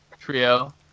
trio